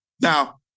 now